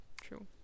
True